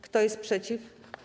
Kto jest przeciw?